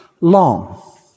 long